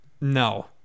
No